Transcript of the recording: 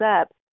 up